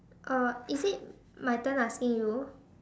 uh is it my turn asking you